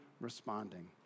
responding